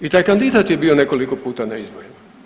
I taj kandidat je bio nekoliko puta na izborima.